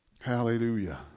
Hallelujah